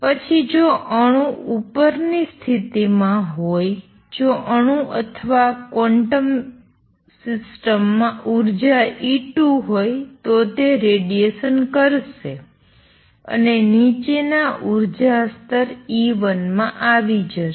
પછી જો અણુ ઉપરની સ્થિતિમાં હોય જો અણુ અથવા ક્વોન્ટમ સિસ્ટમમાં ઉર્જા E2 હોય તો તે રેડિએશન કરશે અને નીચેના ઉર્જા સ્તર E1 માં આવી જશે